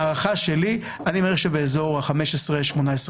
הערכה שלי, אני מעריך שבאזור ה-15,000-18,000.